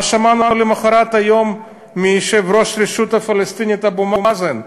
ומה שמענו יום למחרת מיושב-ראש הרשות הפלסטינית אבו מאזן?